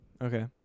Okay